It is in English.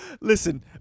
Listen